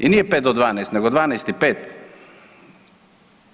I nije pet do dvanaest, nego dvanaest i pet